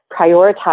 prioritize